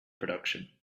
production